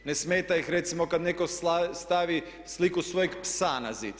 Ne smeta ih recimo kad netko stavi sliku svojeg psa na zid.